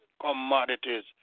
commodities